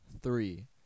three